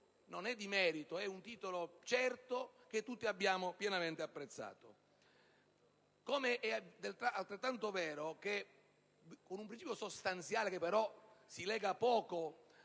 titolo di merito, è titolo certo che tutti abbiamo pienamente apprezzato. È altrettanto vero, con un principio sostanziale che però si lega poco